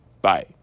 Bye